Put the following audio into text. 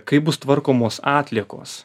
kaip bus tvarkomos atliekos